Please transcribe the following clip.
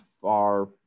far